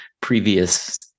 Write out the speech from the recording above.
previous